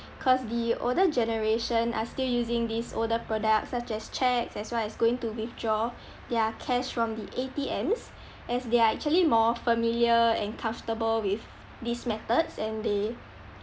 cause the older generation are still using these older products such as cheques as well as going to withdraw their cash from the A_T_Ms as they are actually more familiar and comfortable with these methods and they